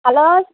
hello